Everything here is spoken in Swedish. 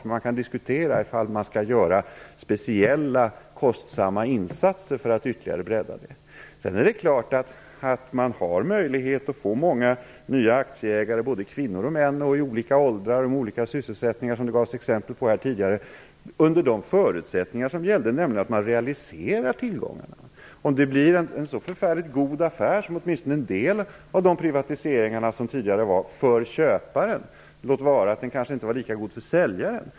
Men vi kan diskutera om vi skall göra speciella, kostsamma insatser för att ytterligare bredda detta. Det är klart att man hade möjligheter att få många nya aktieägare, både kvinnor och män i olika åldrar och med olika sysselsättning som gavs exempel på tidigare, under de förutsättningar som gällde, nämligen att man realiserade tillgångarna. En del av de privatiseringar som genomfördes tidigare blev en god affär för köparen - låt vara att den kanske inte var lika god för säljaren.